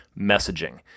messaging